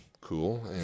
cool